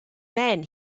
then